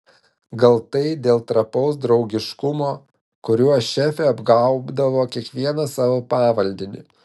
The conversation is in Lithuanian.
gal tai dėl trapaus draugiškumo kuriuo šefė apgaubdavo kiekvieną savo pavaldinį